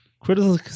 critical